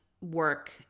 work